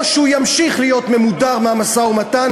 או שהוא ימשיך להיות ממודר מהמשא-ומתן